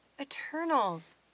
Eternals